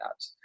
apps